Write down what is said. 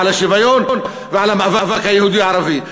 על שוויון ועל המאבק היהודי-ערבי.